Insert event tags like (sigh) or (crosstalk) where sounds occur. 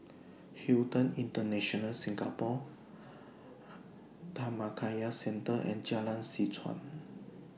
Hilton International Singapore (noise) Dhammakaya Centre and Jalan Seh Chuan